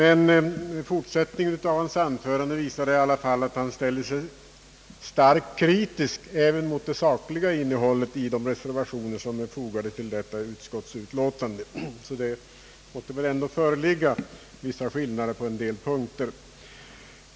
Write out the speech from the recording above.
I fortsättningen av sitt anförande ställde han sig dock starkt kritisk även mot det sakliga innehållet i dessa reservationer, så det måste väl ändå föreligga vissa skillnader på en del punkter.